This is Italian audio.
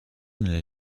nelle